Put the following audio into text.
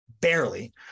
Barely